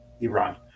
Iran